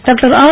doctor R